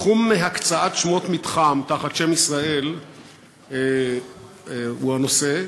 תחום הקצאת שמות מתחם תחת שם ישראל הוא הנושא.